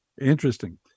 interesting